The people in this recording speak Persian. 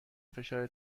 فشار